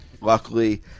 luckily